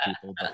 people